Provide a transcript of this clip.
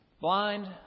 Blind